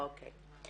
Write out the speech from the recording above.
אוקיי.